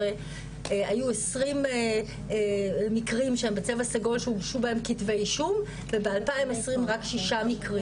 היו 20 מקרים שהם בצבע סגול שהוגשו בהם כתבי אישום וב-2020 רק 6 מקרים,